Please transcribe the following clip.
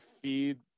feed